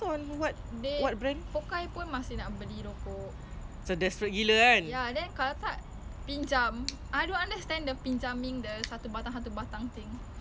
some people do that like dah kawan apa macam feel comfortable K ah you know macam aku nak rokok sia kau ada rokok ah macam ada ada eh kasi aku sebatang then